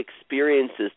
experiences